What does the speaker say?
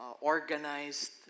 organized